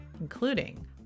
including